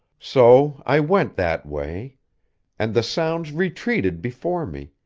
so i went that way and the sounds retreated before me,